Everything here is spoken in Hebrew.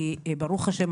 כי ברוך השם,